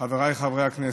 חבריי חברי הכנסת,